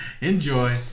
Enjoy